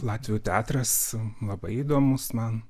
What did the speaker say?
latvių teatras labai įdomus man